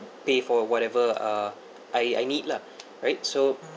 pay for whatever uh I I need lah right so